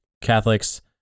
Catholics